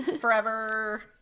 Forever